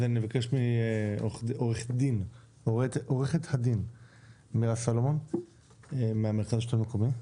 אז נבקש מעו"ד מירה סלמון מהמרכז לשלטון מקומי,